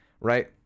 Right